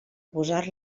posar